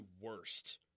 worst